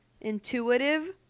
intuitive